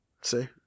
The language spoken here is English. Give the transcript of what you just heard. See